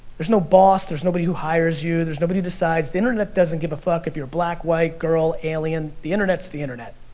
there's no boss, there's nobody who hires you, there's nobody who decides, the internet doesn't give a fuck if you're black, white, girl, alien, the internet's the internet.